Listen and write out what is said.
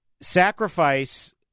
Sacrifice